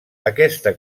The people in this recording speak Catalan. aquesta